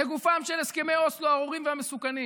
לגופם של הסכמי אוסלו הארורים והמסוכנים.